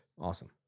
Awesome